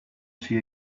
she